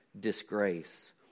disgrace